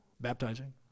Baptizing